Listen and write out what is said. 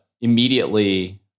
immediately